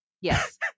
Yes